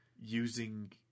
using